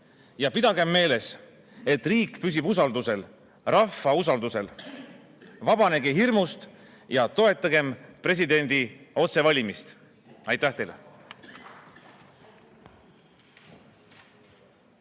Ja pidagem meeles, et riik püsib usaldusel, rahva usaldusel. Vabanegem hirmust ja toetagem presidendi otsevalimist! Aitäh teile!